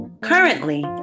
Currently